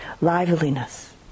liveliness